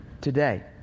today